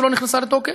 שלא נכנסה לתוקף.